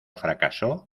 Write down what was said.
fracasó